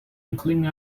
inkling